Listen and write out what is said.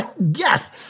Yes